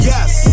Yes